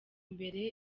imbere